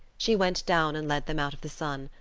she went down and led them out of the sun,